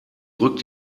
rückt